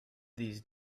these